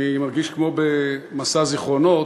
אני מרגיש כמו במסע זיכרונות,